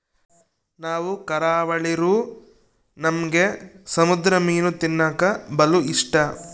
ನಾವು ಕರಾವಳಿರೂ ನಮ್ಗೆ ಸಮುದ್ರ ಮೀನು ತಿನ್ನಕ ಬಲು ಇಷ್ಟ